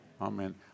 Amen